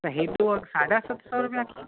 त एॾो अघि साढा सत सौ रुपिया कीअं